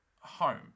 home